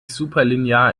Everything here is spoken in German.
superlinear